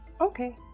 Okay